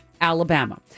Alabama